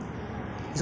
no it's not longer there